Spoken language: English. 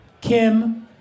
Kim